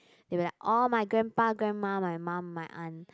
they be like oh my grandpa grandma my mum my aunt